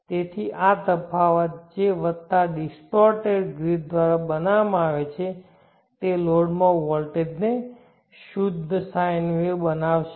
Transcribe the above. તેથી આ તફાવત જે આ વત્તા ડિસ્ટોર્ટેડ ગ્રીડ દ્વારા બનાવવામાં આવે છે તે લોડ માં વોલ્ટેજને શુદ્ધ sine વેવ બનાવશે